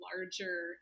larger